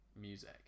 music